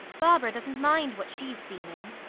barbara doesn't mind what she's seen in.